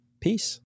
peace